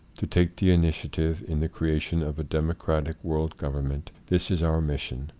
to take the initiative in the cre ation of a democratic world govern ment this is our mission,